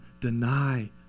deny